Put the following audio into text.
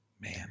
man